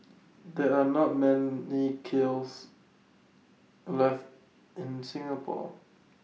there are not many kilns left in Singapore